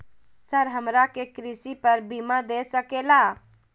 Sir हमरा के कृषि पर बीमा दे सके ला?